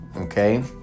okay